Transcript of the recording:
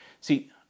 See